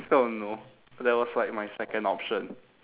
oh no that was like my second option